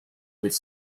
with